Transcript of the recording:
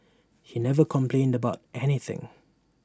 he never complained about anything